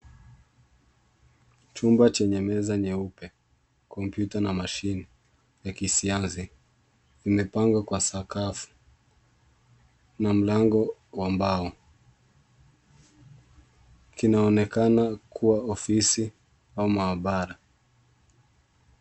Chumba chenye meza nyeupe, kompyuta na mashini ya kisianzi imepangwa kwa sakafu na mlango wa mbao. Kinaonekana kuwa afisi au maabara.